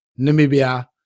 Namibia